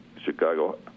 Chicago